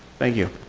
thank you.